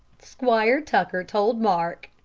squire tucker told mark,